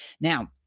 Now